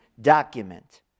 document